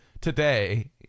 today